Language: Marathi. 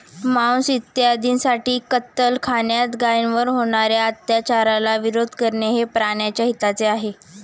मांस इत्यादींसाठी कत्तलखान्यात गायींवर होणार्या अत्याचाराला विरोध करणे हे प्राण्याच्या हिताचे आहे